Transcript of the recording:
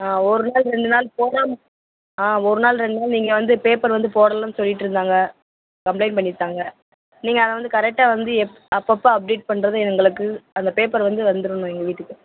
ஆ ஒரு நாள் ரெண்டு நாள் போல் ஆ ஒரு நாள் ரெண்டு நாள் நீங்கள் வந்து பேப்பர் வந்து போடலன்னு சொல்லிட்ருந்தாங்கள் கம்ப்ளைண்ட் பண்ணிருக்காங்கள் நீங்கள் அதை வந்து கரெக்டாக வந்து அப்பப்போ அப்டேட் பண்ணுறது எங்களுக்கு அந்த பேப்பர் வந்து வந்துடணும் எங்கள் வீட்டுக்கு